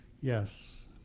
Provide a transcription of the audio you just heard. Yes